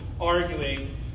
arguing